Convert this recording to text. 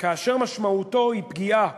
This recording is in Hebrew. כאשר משמעותו היא פגיעה